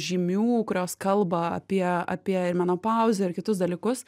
žymių kurios kalba apie apie ir menopauzę ir kitus dalykus